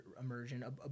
Immersion